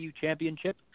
championship